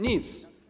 Nic.